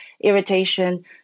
irritation